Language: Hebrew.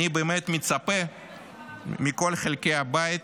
אני באמת מצפה מכל חלקי הבית